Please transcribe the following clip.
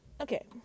Okay